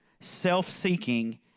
self-seeking